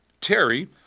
Terry